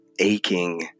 aching